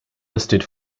listed